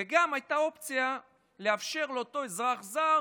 וגם הייתה אופציה לאפשר לאותו אזרח זר